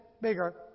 bigger